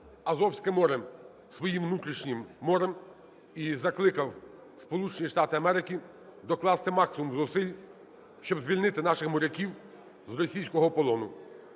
Азовське море своїм внутрішнім морем, і закликав Сполучені Штати Америки докласти максимум зусиль, щоб звільнити наших моряків з російського полону.